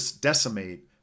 decimate